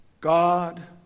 God